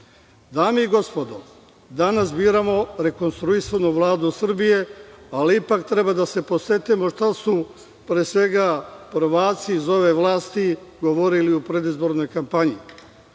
i gospodo, danas biramo rekonstruisanu Vladu Srbije, ali ipak treba da se podsetimo šta su, pre svega, prvaci iz ove vlasti govorili u predizbornoj kampanji. Tako